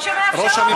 בבקשה.